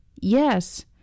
Yes